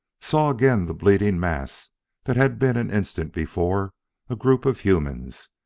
saw again the bleeding mass that had been an instant before a group of humans,